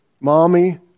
Mommy